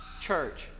church